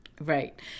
Right